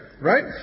right